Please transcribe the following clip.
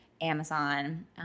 Amazon